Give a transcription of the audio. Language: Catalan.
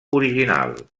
original